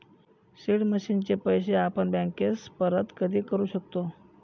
seed money पैसे आपण बँकेस परत कधी करू शकतो